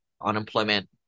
Unemployment